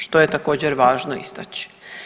Što je također važno istači.